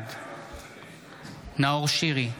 בעד נאור שירי,